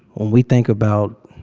when we think about